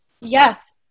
Yes